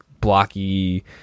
blocky